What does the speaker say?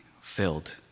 filled